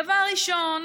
דבר ראשון,